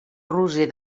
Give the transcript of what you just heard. roser